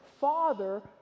father